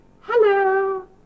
Hello